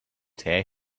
tear